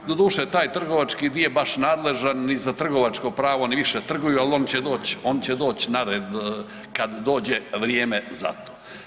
Doduše taj trgovački nije baš nadležan ni za trgovačko pravo oni više trguju, ali će oni će doć na red kad dođe vrijeme za to.